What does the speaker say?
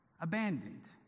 abandoned